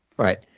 Right